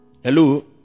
Hello